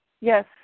Yes